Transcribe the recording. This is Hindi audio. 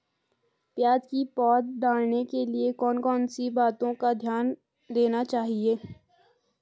प्याज़ की पौध डालने के लिए कौन कौन सी बातों का ध्यान देना चाहिए?